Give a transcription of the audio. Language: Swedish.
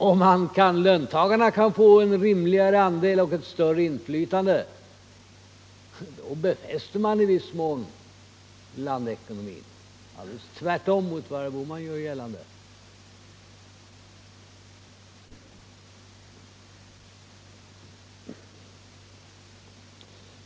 Om löntagarna kan få en rimligare andel och ett större inflytande, befäster man i viss mån blandekonomin. Det är således alldeles tvärt emot vad herr Bohman här gör gällande.